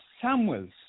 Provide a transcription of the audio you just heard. Samuels